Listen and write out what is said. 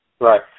Right